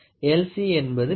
LC என்பது Least Count